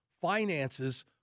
finances